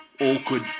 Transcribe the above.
awkward